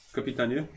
Kapitanie